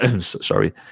Sorry